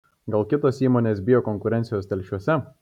gal kitos įmonės bijo konkurencijos telšiuose